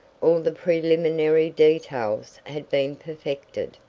all the preliminary details had been perfected.